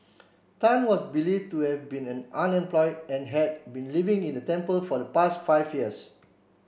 tan was believe to have been an unemployed and had been living in the temple for the past five years